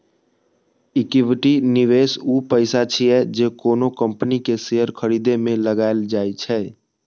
equity निवेश ऊ पैसा छियै, जे कोनो कंपनी के शेयर खरीदे मे लगाएल जाइ छै